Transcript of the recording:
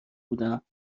بودم